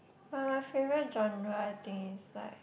but my favourite genre I think is like